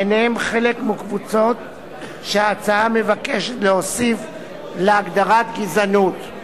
ביניהן חלק מקבוצות שההצעה מבקשת להוסיף להגדרה "גזענות",